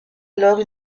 alors